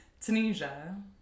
Tunisia